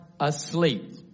Asleep